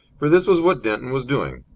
for this was what denton was doing.